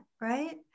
right